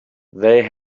they